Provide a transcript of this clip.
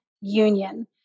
union